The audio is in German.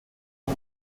die